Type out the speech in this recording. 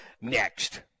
next